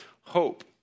hope